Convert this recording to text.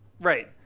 Right